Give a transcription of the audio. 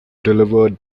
delivered